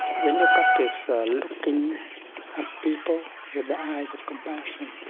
when you practice looking at people with the eyes of compassion,